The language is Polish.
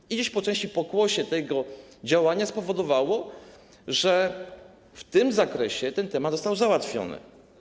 I gdzieś po części pokłosie tego działania spowodowało, że w tym zakresie ten temat został załatwiony.